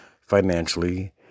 financially